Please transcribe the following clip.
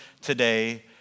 today